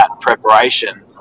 preparation